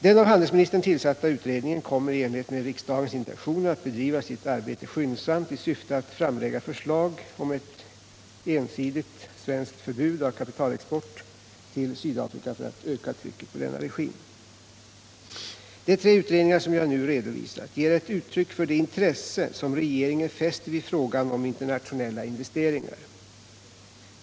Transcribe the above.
Den av handelsministern tillsatta utredningen kommer i enlighet med 129 riksdagens intentioner att bedriva sitt arbete skyndsamt i syfte att framlägga förslag om ett ensidigt svenskt förbud mot kapitalexport till Sydafrika för att öka trycket på denna regim. De tre utredningar som jag nu redovisat ger uttryck för det intresse som regeringen fäster vid frågan om internationella investeringar.